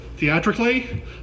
Theatrically